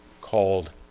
called